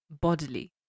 bodily